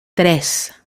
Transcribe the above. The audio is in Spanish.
tres